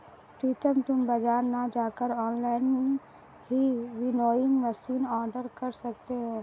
प्रितम तुम बाजार ना जाकर ऑनलाइन ही विनोइंग मशीन ऑर्डर कर सकते हो